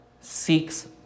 seeks